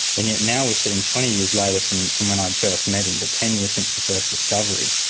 and yet now we're sitting, twenty years later from from when i first met him but ten years since the first discovery,